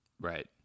right